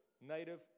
native